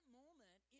moment